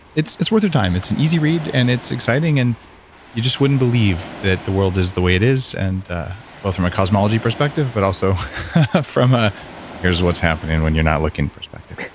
it's it's worth your time. it's an easy read and it's exciting, and you just wouldn't believe that the world is the way it is, and well, from a cosmology perspectives, but also from ah here's what's happening when you're not looking perspective.